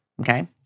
Okay